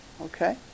Okay